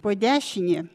po dešine